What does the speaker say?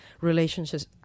relationships